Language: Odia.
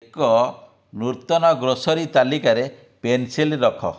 ଏକ ନୂତନ ଗ୍ରୋସରୀ ତାଲିକାରେ ପେନସିଲ ରଖ